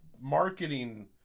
marketing